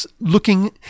looking